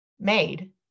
made